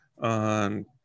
on